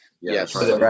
Yes